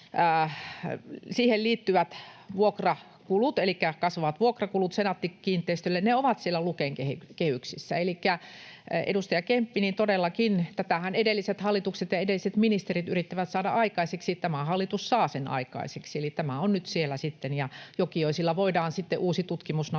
uusimiseen liittyvät vuokrakulut, elikkä kasvavat vuokrakulut Senaatti-kiinteistöille, ovat siellä Luken kehyksissä. Elikkä edustaja Kemppi, todellakin tätähän edelliset hallitukset ja edelliset ministerit yrittivät saada aikaiseksi. Tämä hallitus saa sen aikaiseksi, eli tämä on nyt siellä sitten, ja Jokioisilla voidaan sitten uusi tutkimusnavetta